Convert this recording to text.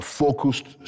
focused